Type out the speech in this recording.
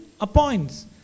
appoints